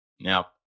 Now